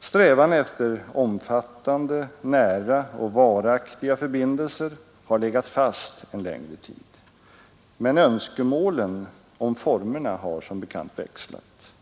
Strävan efter omfattande, nära och varaktiga förbindelser har legat fast en längre tid. Men önskemålen om formerna har som bekant växlat.